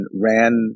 ran